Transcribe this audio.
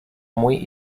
muy